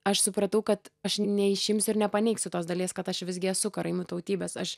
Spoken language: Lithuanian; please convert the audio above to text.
aš supratau kad aš neišimsiu ir nepaneigsiu tos dalies kad aš visgi esu karaimų tautybės aš